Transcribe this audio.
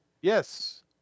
yes